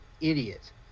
idiot